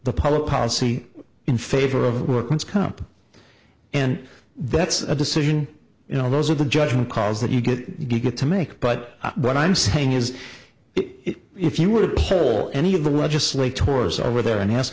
the public policy in favor of the workman's comp and that's a decision you know those are the judgment calls that you get to get to make but what i'm saying is it if you would pull any of the legislative horse over there and ask